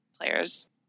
players